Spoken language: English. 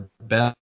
best